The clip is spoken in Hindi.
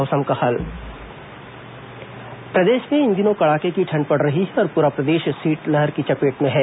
मौसम प्रदेश में इन दिनों कड़ाके की ठंड पड़ रही है और पूरा प्रदेश शीतलहर की चपेट में है